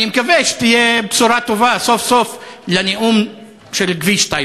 אני מקווה שתהיה בשורה טובה סוף-סוף לנאום של כביש טייבה.